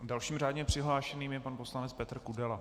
Dalším řádně přihlášeným je pan poslanec Petr Kudela.